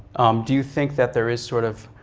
do you think that there is sort of